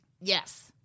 yes